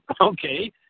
Okay